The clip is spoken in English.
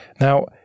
Now